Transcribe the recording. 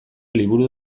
liburu